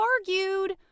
argued